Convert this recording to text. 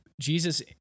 Jesus